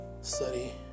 Study